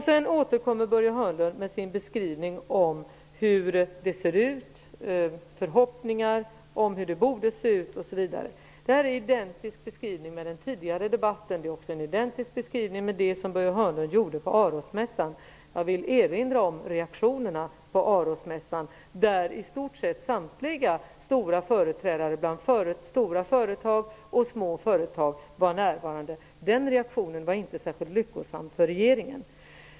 Sedan återkommer Börje Hörnlund med sin beskrivning av hur det ser ut, med förhoppningar om hur det borde se ut osv. Beskrivningen är identisk med den i den tidigare debatten. Beskrivningen är också identisk med den som Börje Hörnlund gav på Arosmässan. Jag vill erinra om reaktionerna på Arosmässan, där många företrädare för stora och små företag var närvarande. Reaktionerna var inte särskilt lyckosamma för regeringen.